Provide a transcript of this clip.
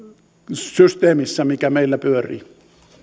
systeemissä mikä meillä pyörii